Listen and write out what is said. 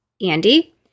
Andy